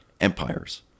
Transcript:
empires